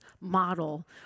model